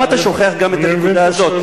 למה אתה שוכח גם את הנקודה הזאת?